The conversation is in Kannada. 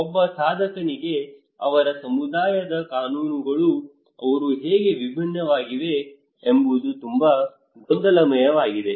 ಒಬ್ಬ ಸಾಧಕನಿಗೆ ಅವರ ಸಮುದಾಯದ ಕಾನೂನುಗಳು ಅವರು ಹೇಗೆ ವಿಭಿನ್ನವಾಗಿವೆ ಎಂಬುದು ತುಂಬಾ ಗೊಂದಲಮಯವಾಗಿದೆ